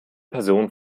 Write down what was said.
person